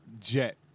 jet